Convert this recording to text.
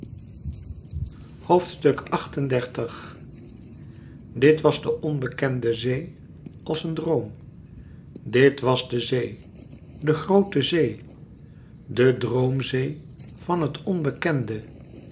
xxxviii dit was de onbekende zee als een droom dit was de zee de groote zee de droomzee van het onbekende